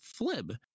Flib